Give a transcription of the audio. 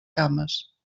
cames